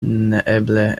neeble